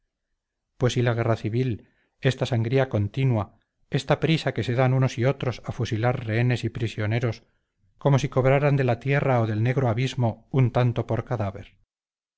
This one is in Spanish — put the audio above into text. pues y la guerra civil esta sangría continua esta prisa que se dan unos y otros a fusilar rehenes y prisioneros como si cobraran de la tierra o del negro abismo un tanto por cadáver